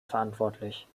verantwortlich